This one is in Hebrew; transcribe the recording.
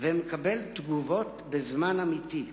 והוא מקבל תגובות בזמן אמיתי.